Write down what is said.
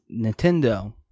Nintendo